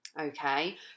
okay